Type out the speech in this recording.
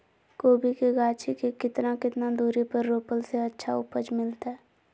कोबी के गाछी के कितना कितना दूरी पर रोपला से अच्छा उपज मिलतैय?